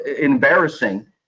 embarrassing